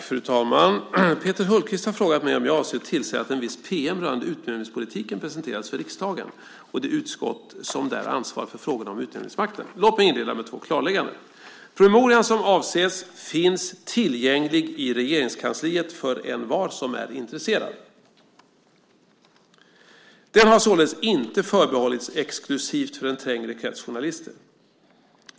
Fru talman! Peter Hultqvist har frågat mig om jag avser att tillse att en viss pm rörande utnämningspolitiken presenteras för riksdagen och det utskott som där ansvarar för frågorna om utnämningsmakten. Låt mig inleda med två klarlägganden. Promemorian som avses finns tillgänglig i Regeringskansliet för envar som är intresserad. Den har således inte exklusivt förbehållits en trängre krets journalister.